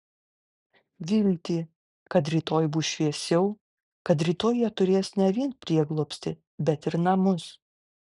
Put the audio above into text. viltį kad rytoj bus šviesiau kad rytoj jie turės ne vien prieglobstį bet ir namus